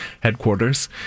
headquarters